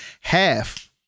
half